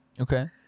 Okay